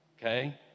okay